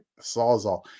Sawzall